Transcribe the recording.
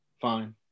fine